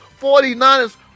49ers